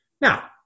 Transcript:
Now